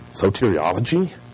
Soteriology